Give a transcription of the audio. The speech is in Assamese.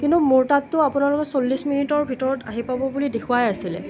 কিন্তু মোৰ তাততো আপোনালোকে চল্লিছ মিনিটৰ ভিতৰত আহি পাব বুলি দেখুবাই আছিলে